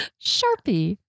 Sharpie